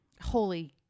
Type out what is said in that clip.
Holy